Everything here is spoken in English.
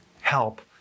help